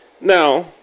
Now